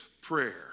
prayer